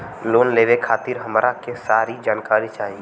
Loan लेवे खातीर हमरा के सारी जानकारी चाही?